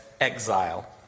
exile